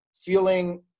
feeling